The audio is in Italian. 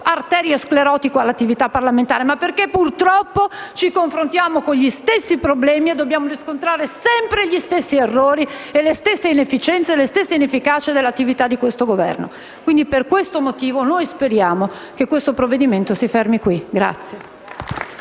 arteriosclerotico all'attività parlamentare, ma perché purtroppo ci confrontiamo con gli stessi problemi e dobbiamo riscontrare sempre gli stessi errori, le stesse inefficienze e la stessa inefficacia dell'attività di questo Governo. Quindi, per questo motivo, noi speriamo che questo provvedimento si fermi qui.